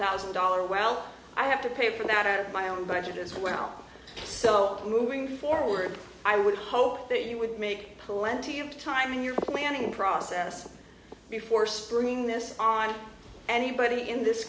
thousand dollar well i have to pay for that or my own budget as well so moving forward i would hope that you would make plenty of time in your planning process before springing this on anybody in this